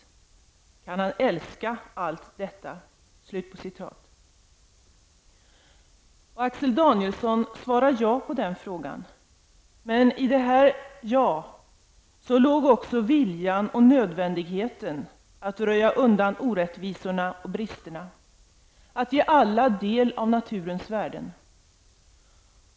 Kan han älska allt detta?'' Axel Danielsson svarade ja på den frågan. Men i detta hans ja låg också viljan och nödvändigheten att röja undan orättvisorna och bristerna. Det handlade om att ge alla del av naturens värden.